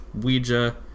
Ouija